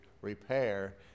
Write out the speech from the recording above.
repair